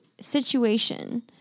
situation